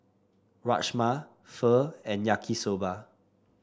Rajma Pho and Yaki Soba